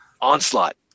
Onslaught